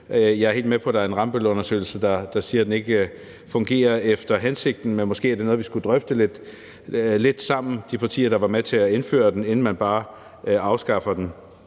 Jeg er helt med på, at der er en Rambøllundersøgelse, der siger, at den ikke fungerer efter hensigten, men det er måske noget, som vi – de partier, der var med til at indføre den – skulle drøfte, inden man bare afskaffer den.